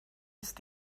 ist